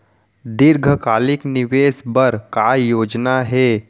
दीर्घकालिक निवेश बर का योजना हे?